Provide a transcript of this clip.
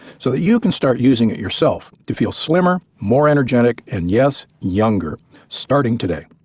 so that you can start using it yourself to feel slimmer, more energetic, and, yes, younger starting today.